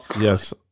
Yes